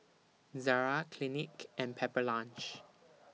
Zara Clinique and Pepper Lunch